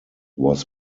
was